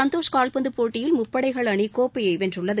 சந்தோஷ் னல்பந்து போட்டியில் முப்படைகள் அணி கோப்பையை வென்றுள்ளது